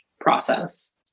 process